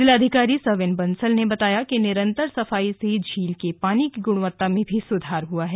जिलाधिकारी सविन बंसल ने बताया कि निरन्तर सफाई से झील के पानी की गुणवत्ता में भी सुधार हुआ है